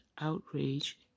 outrage